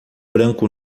branco